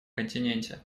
континенте